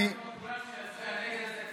אני מבקש לא להפריע לינון אזולאי לדבר כרגע.